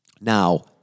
Now